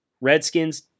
Redskins